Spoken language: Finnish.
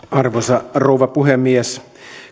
arvoisa rouva puhemies